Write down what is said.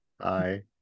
Hi